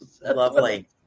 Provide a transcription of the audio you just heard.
Lovely